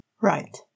Right